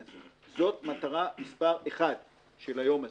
זאת המטרה הראשונה של היום הזה.